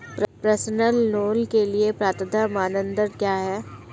Personal loan के लिए पात्रता मानदंड क्या हैं?